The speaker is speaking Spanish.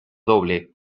doble